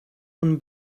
von